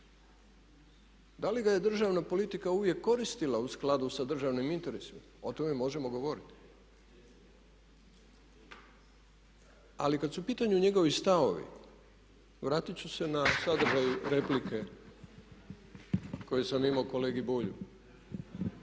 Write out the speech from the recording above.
Da li ga je državna politika uvijek koristila u skladu sa državnim interesima o tome možemo govoriti. Ali kad su u pitanju njegovi stavovi vratit ću se na sadržaj replike koji sam imao kolegi Bulju.